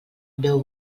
beu